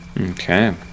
Okay